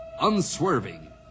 unswerving